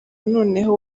noneho